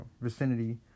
vicinity